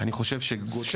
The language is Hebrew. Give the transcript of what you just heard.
שתכיר.